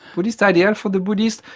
buddhist idea, for the buddhist,